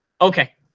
Okay